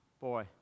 boy